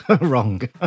wrong